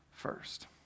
first